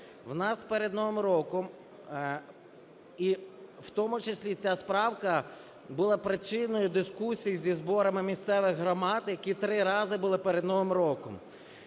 В нас перед новим роком… і в тому числі ця правка була причиною дискусій зі зборами місцевих громад, які 3 рази були перед новим роком.